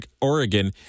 Oregon